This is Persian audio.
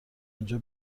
اونجا